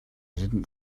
didn’t